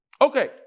Okay